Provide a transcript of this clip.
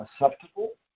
acceptable